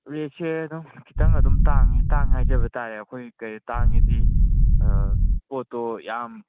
ꯔꯦꯠꯁꯦ ꯑꯗꯨꯝ ꯈꯤꯇꯪ ꯑꯗꯨꯝ ꯇꯥꯡꯉꯦ ꯇꯥꯡꯉꯦ ꯍꯥꯏꯖꯕ ꯇꯥꯔꯦ ꯑꯩꯈꯣꯏ ꯀꯔꯤ ꯇꯥꯡꯉꯦꯗꯤ ꯄꯣꯠꯇꯣ ꯌꯥꯝ